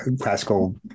classical